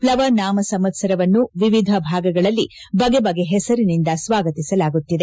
ಪ್ಲವ ನಾಮ ಸಂವತ್ತರವನ್ನು ವಿವಿಧ ಭಾಗಗಳಲ್ಲಿ ಬಗೆಬಗೆ ಹೆಸರಿನಿಂದ ಸ್ವಾಗತಿಸಲಾಗುತ್ತಿದೆ